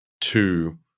to-